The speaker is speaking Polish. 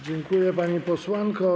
Dziękuję, pani posłanko.